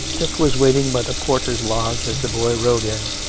dick was waiting by the porter's lodge as the boy rode in,